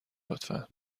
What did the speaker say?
لطفا